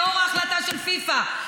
לאור ההחלטה של פיפ"א,